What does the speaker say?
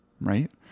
right